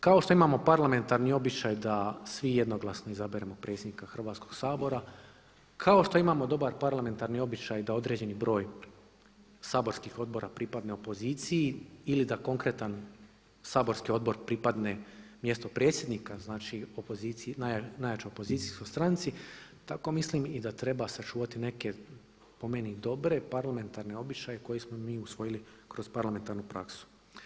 Kao što imamo parlamentarni običaj da svi jednoglasno izaberemo predsjednika Hrvatskog sabora, kao što imamo dobar parlamentarni običaj da određeni broj saborskih odbora pripadne opoziciji ili da konkretan saborski odbor pripadne mjestu predsjednika znači opozicije, najjačoj opozicijskoj stranci tako mislim i da treba sačuvati neke po meni dobre parlamentarne običaje koje smo mi usvojili kroz parlamentarnu praksu.